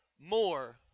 more